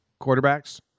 quarterbacks